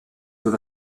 with